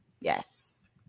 Yes